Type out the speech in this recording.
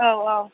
औ औ